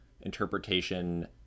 interpretation